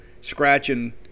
scratching